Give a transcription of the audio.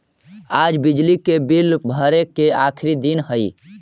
आज बिजली के बिल भरे के आखिरी दिन हई